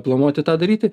planuoti tą daryti